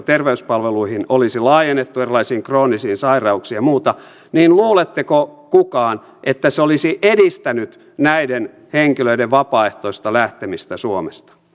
terveyspalveluihin erilaisiin kroonisiin sairauksiin ja muihin niin luuleeko kukaan että se olisi edistänyt näiden henkilöiden vapaaehtoista lähtemistä suomesta